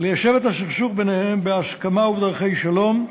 ליישב את הסכסוך ביניהם בהסכמה ובדרכי שלום,